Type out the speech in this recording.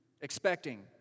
expecting